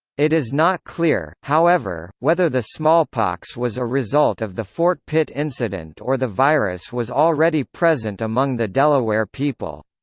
it is not clear, clear, however, whether the smallpox was a result of the fort pitt incident or the virus was already present among the delaware people.